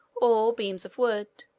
or beams of wood,